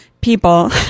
people